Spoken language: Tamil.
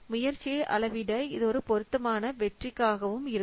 முயற்சியை அளவிட இது ஒரு பொருத்தமான வெற்றிக்காக இருக்கும்